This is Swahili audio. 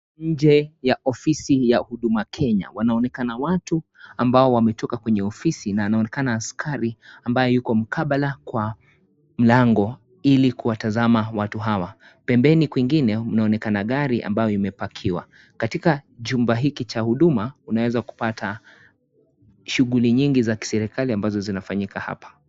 Nje ya ofisi ya Huduma Kenya. Wanaonekana watu ambao wametoka kwenye ofisi na anaonekana askari ambaye yuko mkabala kwa mlango ili kuwatazama watu hawa. Bembeni kwingine mnaonekana gari ambayo imebakiwa. Katika chumba hiki cha huduma, unaweza kupata shughuli nyingi za kiserikali ambazo zinafanyika hapa.